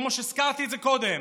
כמו שהזכרתי קודם.